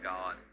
God